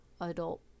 adult